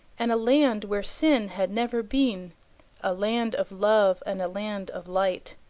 and a land where sin had never been a land of love and a land of light,